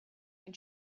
den